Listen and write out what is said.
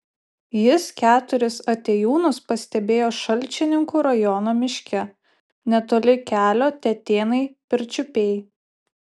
jis keturis atėjūnus pastebėjo šalčininkų rajono miške netoli kelio tetėnai pirčiupiai